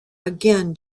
again